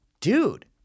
dude